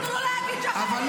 אל תיתנו לו לדבר ככה.